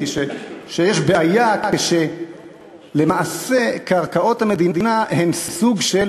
שיש בעיה כשלמעשה קרקעות המדינה הן סוג של,